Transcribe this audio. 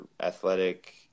athletic